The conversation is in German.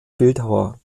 bildhauer